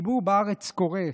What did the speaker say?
הציבור בארץ קורס: